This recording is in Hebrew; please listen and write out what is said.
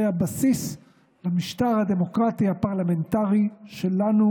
זה הבסיס למשטר הדמוקרטי הפרלמנטרי שלנו,